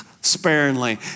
sparingly